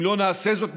אם לא נעשה זאת,